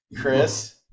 Chris